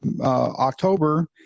October